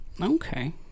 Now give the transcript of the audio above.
okay